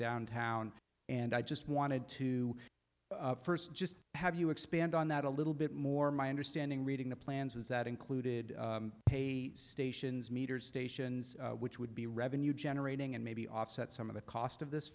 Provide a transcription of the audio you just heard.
downtown and i just wanted to first just have you expand on that a little bit more my understanding reading the plans was that included a stations meters stations which would be revenue generating and maybe offset some of the cost of this